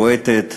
בועטת,